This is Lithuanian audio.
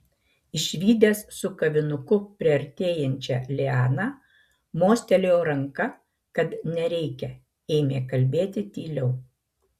išvydęs su kavinuku priartėjančią lianą mostelėjo ranka kad nereikia ėmė kalbėti tyliau